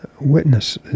witness